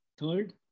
third